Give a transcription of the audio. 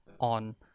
on